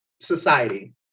society